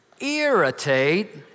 irritate